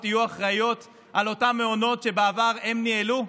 יהיו אחראיות לאותם מעונות שבעבר הן ניהלו?